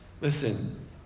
Listen